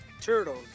turtles